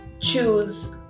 choose